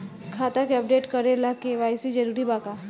खाता के अपडेट करे ला के.वाइ.सी जरूरी बा का?